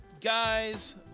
guys